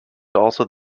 also